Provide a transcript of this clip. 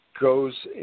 goes